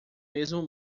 mesmo